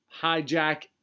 hijack